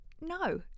no